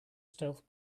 stealth